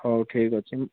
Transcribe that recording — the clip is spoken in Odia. ହଉ ଠିକ୍ ଅଛି